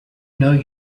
know